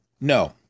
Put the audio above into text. No